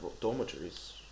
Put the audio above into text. dormitories